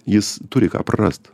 jis turi ką prarast